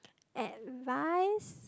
at live